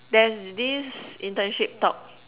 there's this internship talk